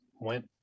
went